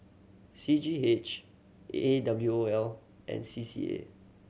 C G H A A W O L and C C A